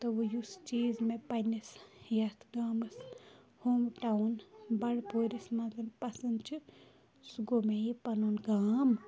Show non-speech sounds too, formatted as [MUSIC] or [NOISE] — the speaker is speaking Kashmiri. تہٕ وۄنۍ یُس چیٖز مےٚ پنٛنِس یَتھ گامَس ہوم ٹاوُن بَنٛڈٕ پوٗرِس [UNINTELLIGIBLE] پَسَنٛد چھِ سُہ گوٚو مےٚ یہِ پَنُن گام